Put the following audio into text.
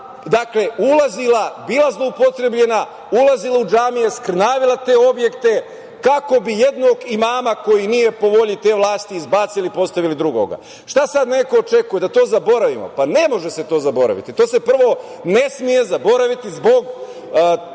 Pazaru, ulazila, bila zloupotrebljena, ulazila u džamije, skrnavila te objekte, kako bi jednog imama koji nije po volji te vlasti izbacili i postavili drugoga. Šta sad neko očekuje? Da to zaboravimo? Pa, ne može se to zaboraviti. To se prvo ne sme zaboraviti zbog